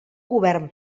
govern